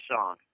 song